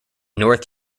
north